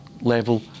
level